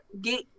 get